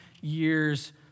years